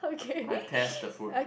I test the food